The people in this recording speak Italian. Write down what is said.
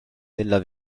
della